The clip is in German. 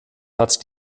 hat